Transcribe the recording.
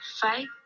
fight